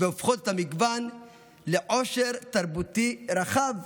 והופכים את המגוון לעושר תרבותי רחב.